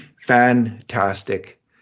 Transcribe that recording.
fantastic